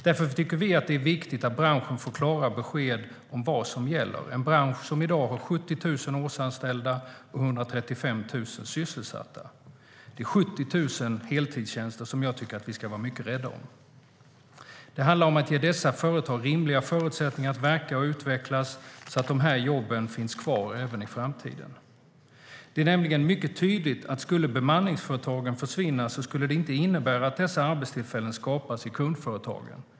Därför tycker vi att det är viktigt att branschen får klara besked om vad som gäller, en bransch som i dag har 70 000 årsanställda och 135 000 sysselsatta. Det är 70 000 heltidstjänster som jag tycker att vi ska vara mycket rädda om. Det handlar om att ge dessa företag rimliga förutsättningar att verka och utvecklas, så att dessa jobb finns kvar även i framtiden. Det är nämligen mycket tydligt att om bemanningsföretagen skulle försvinna skulle det inte innebära att dessa arbetstillfällen skapas i kundföretagen.